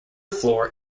floor